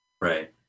Right